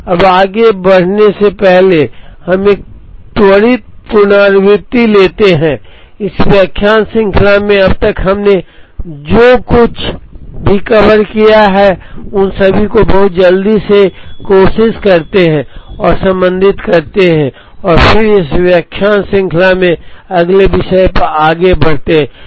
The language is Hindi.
अब आगे बढ़ने से पहले हम एक त्वरित पुनरावृत्ति लेते हैं इस व्याख्यान श्रृंखला में अब तक हमने जो कुछ भी कवर किया है उन सभी को बहुत जल्दी से कोशिश करते हैं और संबंधित करते हैं और फिर इस व्याख्यान श्रृंखला में अगले विषय पर आगे बढ़ते हैं